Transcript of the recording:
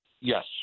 Yes